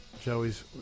Joey's